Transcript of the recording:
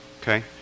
okay